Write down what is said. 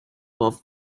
باف